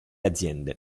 aziende